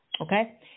Okay